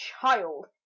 child